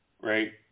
Right